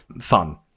fun